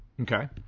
Okay